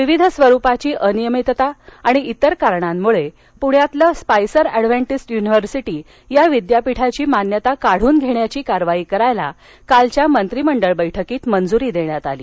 विविध स्वरुपाची अनियमितता आणि इतर कारणांमुळे पूर्ण येथील स्पाईसर अँडव्हेन्टिस्ट यूनिव्हर्सिटी या विद्यापीठाची मान्यता काढून घेण्याची कारवाई करण्यास कालच्या मंत्रिमंडळ बैठकीत मंजुरी देण्यात आली